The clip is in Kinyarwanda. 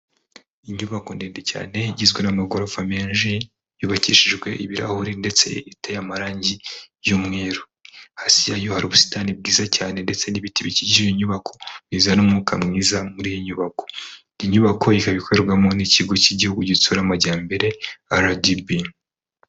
Inyubako ndende cyane igizwe n'amagorofa menshi, yubakishijwe ibirahure ndetse iteye amarangi y'umweru, hasi yayo hari ubusitani bwiza cyane ndetse n'ibiti bikikije iyi nyubako bizana umwuka mwiza muri iyi nyubako, iyi nyubako ikaba ikorerwamo n'ikigo cy'igihugu gitsura amajyambere RDB.